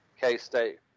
K-State